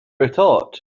retort